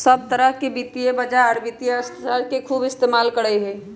सब तरह के वित्तीय बाजार वित्तीय अर्थशास्त्र के खूब इस्तेमाल करा हई